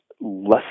less